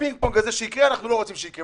הפינג פונג הזה, אנחנו לא רוצים שיקרה.